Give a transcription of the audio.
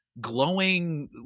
glowing